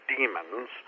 Demons